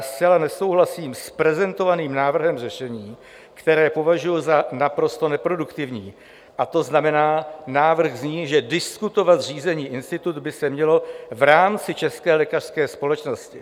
Zcela nesouhlasím s prezentovaným návrhem řešení, které považuji za naprosto neproduktivní, a to znamená: návrh zní, že diskutovat zřízený institut by se mělo v rámci České lékařské společnosti.